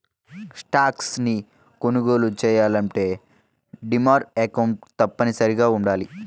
stocks ని కొనుగోలు చెయ్యాలంటే డీమాట్ అకౌంట్ తప్పనిసరిగా వుండాలి